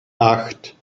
acht